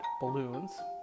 balloons